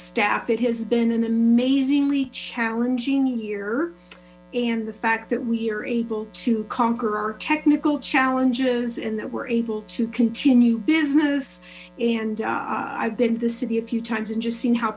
staff has been an amazingly challenging year and the fact that we are able to conquer our technical challenges and that we're able to continue business and i've been to the city a few times and just seeing how